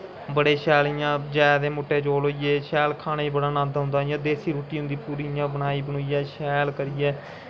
बड़े शैल इ'यां जां ते मुट्टे चौल होई गे खाने गी बड़ा नन्द औंदा इ'यां देस्सी रुट्टी होंदी खाही खुहियै इ'यां शैल करियै